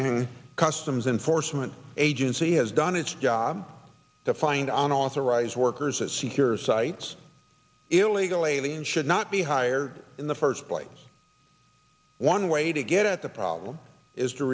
and customs enforcement agency has done its job to find an authorized workers at sea here cites illegal aliens should not be hired in the first place one way to get at the problem is to